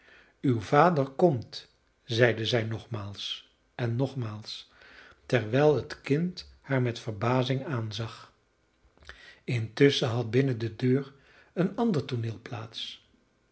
uw vader komt zeide zij nogmaals en nogmaals terwijl het kind haar met verbazing aanzag intusschen had binnen de deur een ander tooneel plaats